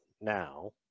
now